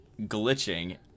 glitching